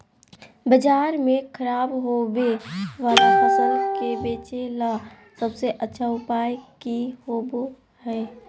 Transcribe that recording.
बाजार में खराब होबे वाला फसल के बेचे ला सबसे अच्छा उपाय की होबो हइ?